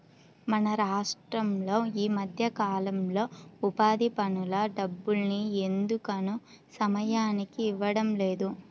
మన రాష్టంలో ఈ మధ్యకాలంలో ఉపాధి పనుల డబ్బుల్ని ఎందుకనో సమయానికి ఇవ్వడం లేదు